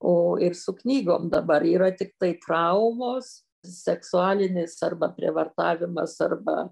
o ir su knygom dabar yra tiktai traumos seksualinis arba prievartavimas arba